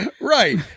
Right